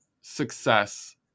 success